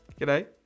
G'day